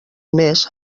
més